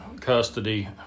custody